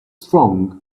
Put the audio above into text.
strong